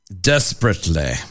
desperately